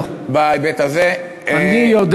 בהיבט הזה, אני יודע שלא.